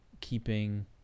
keeping